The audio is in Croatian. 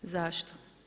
Zašto?